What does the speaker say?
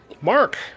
Mark